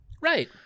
Right